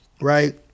right